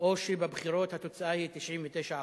או שבבחירות התוצאה היא 99%,